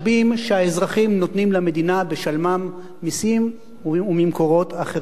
שהאזרחים נותנים למדינה בשלמם מסים וממקורות אחרים.